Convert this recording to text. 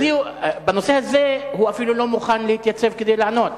בנושא הזה הוא אפילו לא מוכן להתייצב כדי לענות.